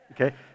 Okay